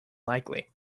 likely